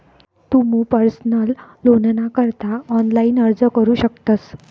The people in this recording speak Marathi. तुमू पर्सनल लोनना करता ऑनलाइन अर्ज करू शकतस